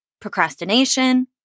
Procrastination